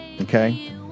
Okay